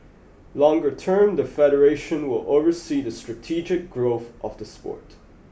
longer term the federation will oversee the strategic growth of the sport